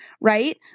right